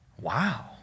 wow